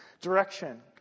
Direction